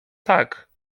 tak